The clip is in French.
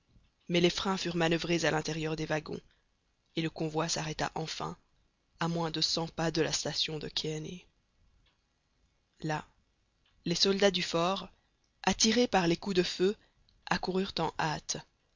mais les freins furent manoeuvrés à l'intérieur des wagons et le convoi s'arrêta enfin à moins de cent pas de la station de kearney là les soldats du fort attirés par les coups de feu accoururent en hâte